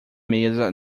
mesa